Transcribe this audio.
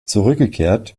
zurückgekehrt